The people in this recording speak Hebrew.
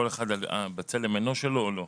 כל אחד בצלם אנוש שלו או לא.